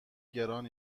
گران